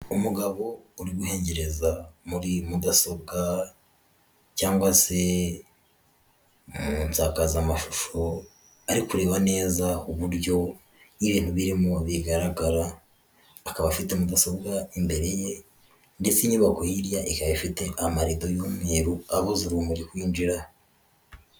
Umugabo uriwitegereza muri mudasobwa cyangwa se mu nsagazamashusho ari kureba neza uburyo ibintu birimo bigaragara, akaba afite mudasobwa imbere ye ndetse inyubako hirya ikaba ifite amarido y'umweru abuze urumuri kwinjira.